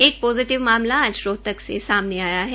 एक पोजिटिव मामला आज रोहतक में सामने आया है